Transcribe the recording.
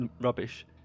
rubbish